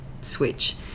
switch